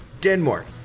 Denmark